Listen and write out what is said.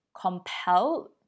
compelled